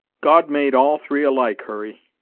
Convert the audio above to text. god made all three alike, hurry.